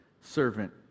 servant